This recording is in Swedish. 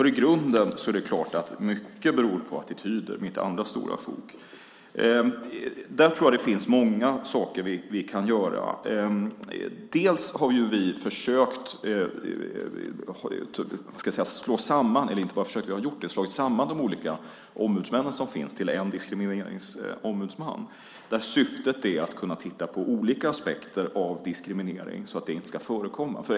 I grunden är det klart att mycket beror på attityder - mitt andra stora sjok. Där tror jag att det finns många saker som vi kan göra. Vi har slagit samman de olika ombudsmän som finns till en diskrimineringsombudsman. Syftet är att man ska kunna titta på olika aspekter av diskriminering så att sådan inte ska förekomma.